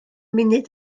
munud